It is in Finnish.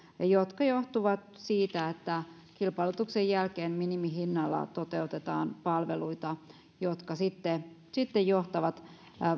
jotka johtuvat siitä että kilpailutuksen jälkeen minimihinnalla toteutetaan palveluita jotka sitten sitten johtavat